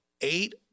eight